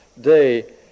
Day